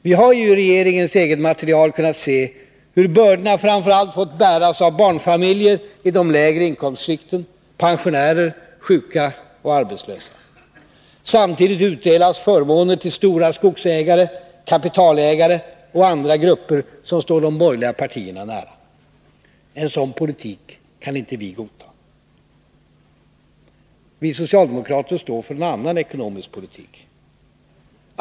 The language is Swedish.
Vi har ju, i regeringens eget material, kunnat se hur bördorna framför allt fått bäras av barnfamiljer i de lägre inkomstskikten, pensionärer, sjuka och arbetslösa. Samtidigt utdelas förmåner till stora skogsägare, kapitalägare och andra grupper som står de borgerliga partierna nära. En sådan politik kan vi inte godta. Vi socialdemokrater står för en annan ekonomisk politik.